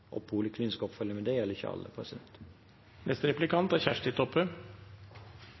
poliklinisk oppfølging, men det gjelder ikke alle.